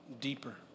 deeper